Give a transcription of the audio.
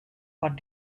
what